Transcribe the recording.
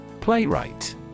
Playwright